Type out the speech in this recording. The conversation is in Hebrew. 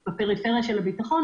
נשארים בפריפריה של הביטחון,